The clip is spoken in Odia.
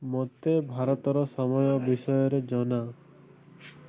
ମୋତେ ଭାରତର ସମୟ ବିଷୟରେ ଜଣା